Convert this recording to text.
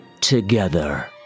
...together